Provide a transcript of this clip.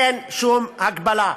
אין שום הגבלה.